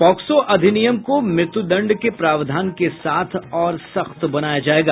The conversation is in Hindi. पाक्सो अधिनियम को मृत्युदंड के प्रावधान के साथ और सख्त बनाया जाएगा